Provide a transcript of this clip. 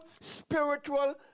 spiritual